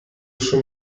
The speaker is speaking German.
schon